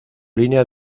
línea